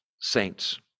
saints